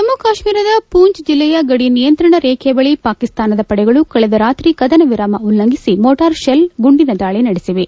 ಜಮ್ಮ್ ಕಾಶ್ಮೀರದ ಪುಂಚ್ ಜಿಲ್ಲೆಯ ಗಡಿ ನಿಯಂತ್ರಣ ರೇಖೆ ಬಳಿ ಪಾಕಿಸ್ತಾನದ ಪಡೆಗಳು ಕಳೆದ ರಾತ್ರಿ ಕದನ ವಿರಾಮ ಉಲ್ಲಂಘಿಸಿ ಮೋಟಾರ್ ಶೆಲ್ ಗುಂಡಿನ ದಾಳಿ ನಡೆಸಿವೆ